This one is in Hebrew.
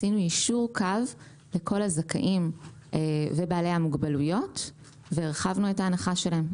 עשינו יישור קו לכל הזכאים ובעלי המוגבלויות והרחבנו את ההנחה שלהם.